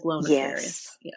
Yes